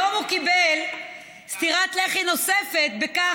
היום הוא קיבל סטירת לחי נוספת בכך,